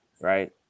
Right